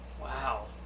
Wow